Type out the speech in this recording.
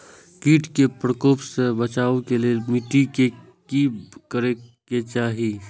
किट के प्रकोप से बचाव के लेल मिटी के कि करे के चाही?